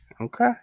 Okay